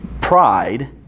pride